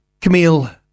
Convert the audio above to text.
Camille